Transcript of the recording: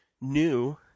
new –